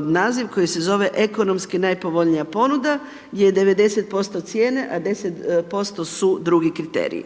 naziv koji se zove ekonomski najpovoljnija ponuda gdje je 90% cijene a 10% su drugi kriteriji.